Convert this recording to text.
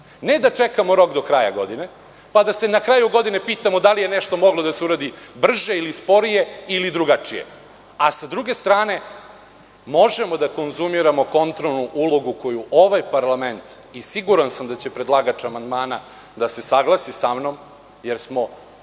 ne da čekamo rok do kraja godine, pa da se na kraju godine pitamo da li je nešto moglo da se uradi brže ili sporije ili drugačije, a sa druge strane možemo da konzumiramo kontrolnu ulogu koju ovaj parlament, i siguran sam da će predlagač amandmana da se saglasi sa mnom, jer smo